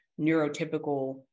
neurotypical